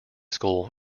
school